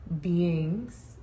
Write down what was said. beings